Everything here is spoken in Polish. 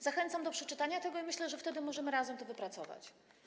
Zachęcam do przeczytania tego i myślę, że wtedy możemy razem to wypracować.